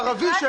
הערבי,